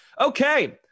Okay